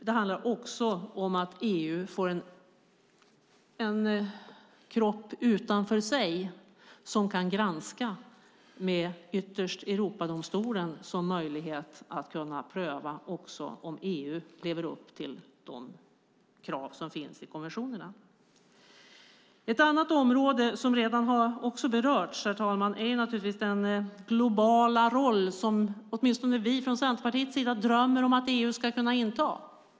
Det handlar också om att EU får tillgång till en kropp som står utanför som kan granska EU, där ytterst Europadomstolen kan pröva om EU lever upp till de krav som finns i konventionerna. Ett annat område som redan har berörts, herr talman, är naturligtvis den globala roll som åtminstone vi från Centerpartiets sida drömmer om att EU ska inta.